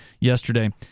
yesterday